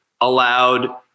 allowed